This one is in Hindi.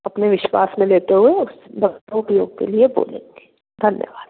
अपने विश्वास में लेते हुए उस दवा के उपयोग के लिए बोलेंगी धन्यवाद मैडम